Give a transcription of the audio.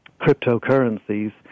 cryptocurrencies